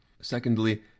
Secondly